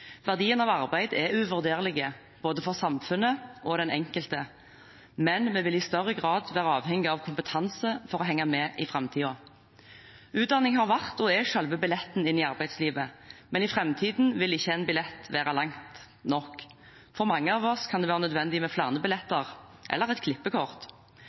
Verdien av arbeid er uvurderlig, både for samfunnet og for den enkelte. Men vi vil i større grad være avhengig av kompetanse for å henge med i framtiden. Utdanning har vært – og er – selve billetten inn i arbeidslivet, men i framtiden vil ikke én billett ta oss langt nok. For mange av oss kan det være nødvendig med flere billetter, eller et klippekort.